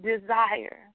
Desire